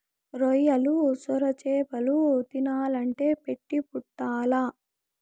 రొయ్యలు, సొరచేపలు తినాలంటే పెట్టి పుట్టాల్ల